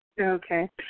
Okay